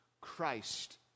Christ